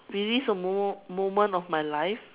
relive a moment moment of my life